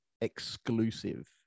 exclusive